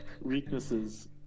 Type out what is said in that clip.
Weaknesses